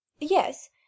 yes